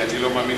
כי אני לא מאמין,